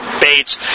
baits